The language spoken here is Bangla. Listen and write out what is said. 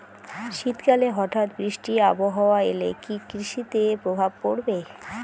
শীত কালে হঠাৎ বৃষ্টি আবহাওয়া এলে কি কৃষি তে প্রভাব পড়বে?